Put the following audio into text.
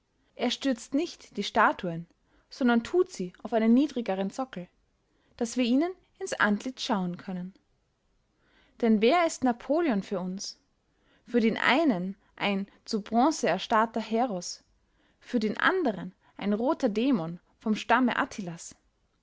er stürzt nicht die statuen sondern tut sie auf einen niedrigeren sockel daß wir ihnen ins antlitz schauen können denn wer ist napoleon für uns für den einen ein zu bronze erstarrter heros für den anderen ein roter dämon vom stamme